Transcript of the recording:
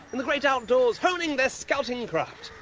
in the great outdoors, honing their scouting craft!